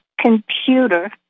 computer